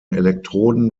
elektroden